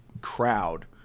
crowd